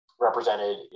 represented